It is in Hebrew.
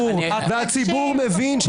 לא כל מה שרצינו קרה,